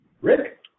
Rick